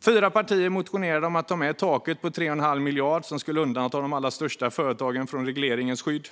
Fyra partier motionerade om att ta med taket på 3 1⁄2 miljard som skulle undanta de allra största företagen från regleringens skydd,